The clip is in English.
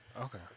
Okay